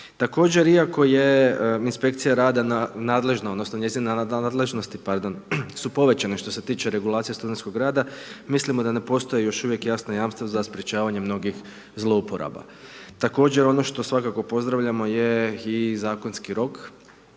Također, iako je inspekcija rada nadležna, odnosno njezina nadležnosti su povećane što se tiče regulacije studentskog rada mislimo da ne postoji još uvijek jasno jamstvo za sprječavanje mnogih zlouporaba. Također, ono što svakako pozdravljamo je i zakonski rok